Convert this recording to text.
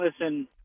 listen